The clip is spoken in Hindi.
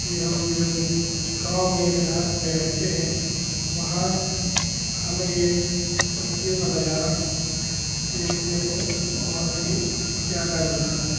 यह हम जो गाँव में देहात में रहते हैं वहाँ हमें यह पक्षियों का नज़ारा देखने को बहुत ही ज़्यादा मिलता है